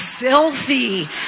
filthy